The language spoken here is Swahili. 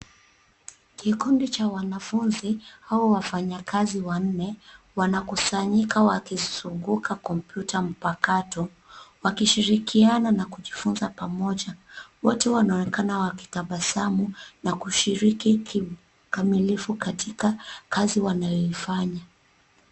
Kikundi cha wanafunzi au wafanyakazi wanne wanakusanyika wakizunguka kompyuta mpakato, wakishirikiana na kujifunza pamoja. Wote wanaonekana wakitabasamu na kushiriki kikamilifu katika kazi wanayoifanya.